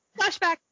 flashback